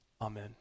amen